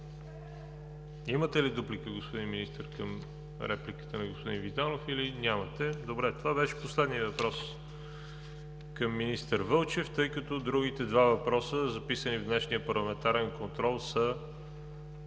Имате ли дуплика, господин Министър, към репликата на господин Витанов, или нямате?! Това беше последният въпрос към министър Вълчев, тъй като на другите два въпроса, записани в днешния парламентарен контрол, е